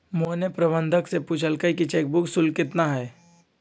मोहन ने प्रबंधक से पूछल कई कि चेक बुक शुल्क कितना हई?